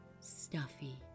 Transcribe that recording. stuffy